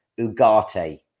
Ugarte